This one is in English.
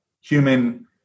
human